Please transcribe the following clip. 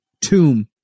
tomb